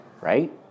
right